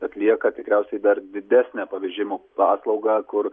atlieka tikriausiai dar didesnę pavėžėjimo paslaugą kur